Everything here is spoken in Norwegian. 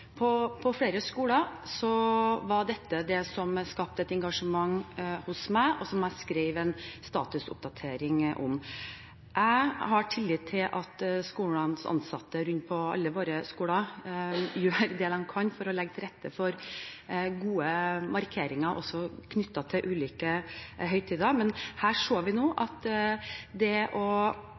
flere skoler var dette det som skapte et engasjement hos meg, og som jeg skrev en statusoppdatering om. Jeg har tillit til at de ansatte på alle våre skoler gjør det de kan for å legge til rette for gode markeringer knyttet til ulike høytider, men her så vi nå at dette skaper debatt og